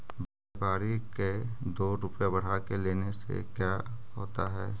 व्यापारिक के दो रूपया बढ़ा के लेने से का होता है?